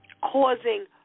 causing